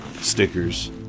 stickers